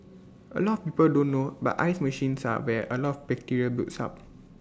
A lot of people don't know but ice machines are where A lot of bacteria builds up